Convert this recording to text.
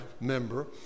member